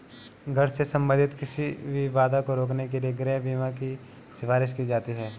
घर से संबंधित किसी भी बाधा को रोकने के लिए गृह बीमा की सिफारिश की जाती हैं